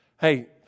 Hey